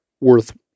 worth